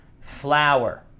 Flower